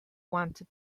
wanted